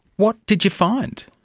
what did you find?